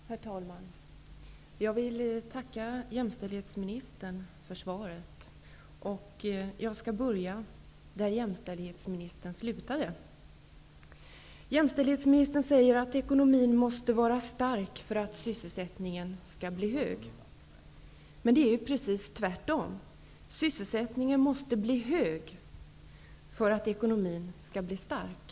Herr talman! Jag vill tacka jämställdhetsministern för svaret. Jag skall börja där jämställdhetsministern slutade. Jämställdhetsministern säger att ekonomin måste vara stark för att sysselsättningen skall bli hög. Det är ju precis tvärtom: sysselsättningen måste bli hög för att ekonomin skall bli stark.